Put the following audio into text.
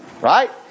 right